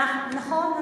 נכון.